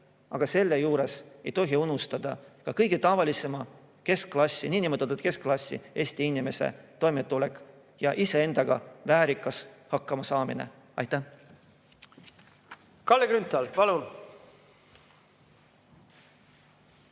aga selle juures ei tohi unustada ka kõige tavalisema niinimetatud keskklassi Eesti inimese toimetulekut ja iseendaga väärikalt hakkama saamist. Aitäh! Kalle Grünthal, palun!